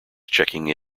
checking